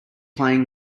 playing